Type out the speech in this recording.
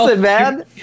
man